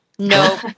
No